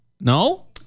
No